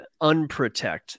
unprotect